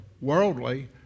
worldly